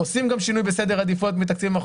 עושים גם שינוי בסדר העדיפויות בתקציבים.